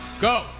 go